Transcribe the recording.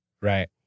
Right